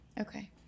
Okay